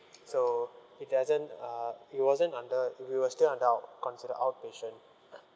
so it doesn't uh it wasn't under we were still under out considered outpatient